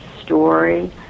story